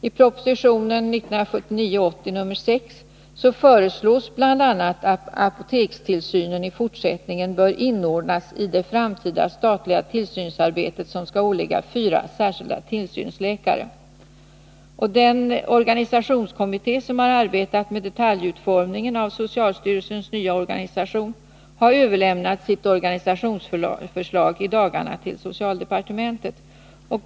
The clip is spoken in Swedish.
I propositionen 1979/80:6 föreslås bl.a. att apotekstillsynen i fortsättningen skall inordnas i det framtida statliga tillsynsarbetet, som skall åligga fyra särskilda tillsynsläkare. Den organisationskommitté som har arbetat med detaljutformningen av socialstyrelsens nya organisation har i dagarna överlämnat sitt organisationsförslag till socialdepartementet.